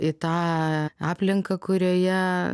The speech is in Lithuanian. į tą aplinką kurioje